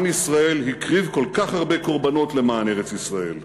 "עם ישראל הקריב כל כך הרבה קורבנות למען ארץ-ישראל,